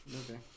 Okay